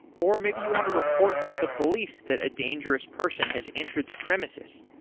or maybe you want to report to the police that a dangerous person has entered the premises.